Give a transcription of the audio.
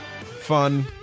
fun